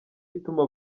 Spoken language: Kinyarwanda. ituma